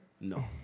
No